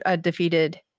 defeated